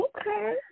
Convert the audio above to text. Okay